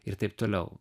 ir taip toliau